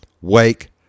Wake